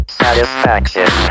satisfaction